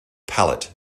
palette